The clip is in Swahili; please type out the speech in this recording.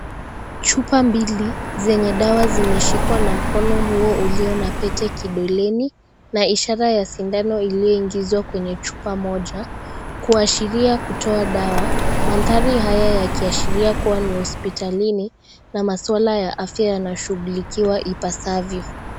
Chupa mbili zenye dawa zimeshikwa na mkono huo ulio na pete kidoleni na ishara ya sindano iliyoingishwa kwenye chupa moja kuashiria kutoa dawa mandari haya yakiashiria kuwa ni hospitalini na maswala ya afya yanashugulikiwa ipasavyo.